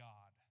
God